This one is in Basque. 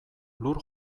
lur